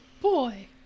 boy